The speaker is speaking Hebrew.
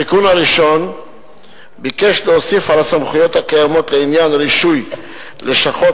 התיקון הראשון ביקש להוסיף על הסמכויות הקיימות לעניין רישוי לשכות